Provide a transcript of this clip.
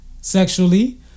sexually